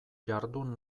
jardun